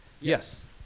yes